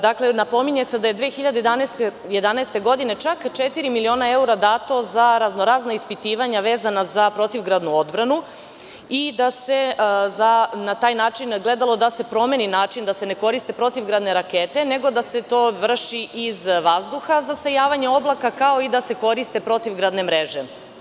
Dakle, napominje se da je 2011. godine čak četiri miliona evra dato za razno-razna ispitivanja vezana za protivgradnu odbranu i da se na taj način gledalo da se promeni način, da se ne koriste protivgradne rakete, nego da se to vrši iz vazduha, zasejavanja oblaka, kao i da se koriste protivgradne mreže.